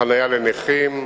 חנייה לנכים.